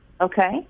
okay